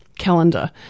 calendar